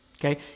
Okay